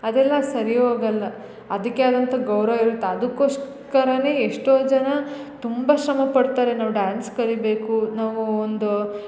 ಅದೆಲ್ಲ ಸರಿ ಹೋಗಲ್ಲ ಅದಕ್ಕೆ ಆದಂಥ ಗೌರವ ಇರತ್ತೆ ಅದಕೋಸ್ಕರ ಎಷ್ಟೋ ಜನ ತುಂಬ ಶ್ರಮ ಪಡ್ತಾರೆ ನಾವು ಡ್ಯಾನ್ಸ್ ಕಲಿಬೇಕು ನಾವು ಒಂದು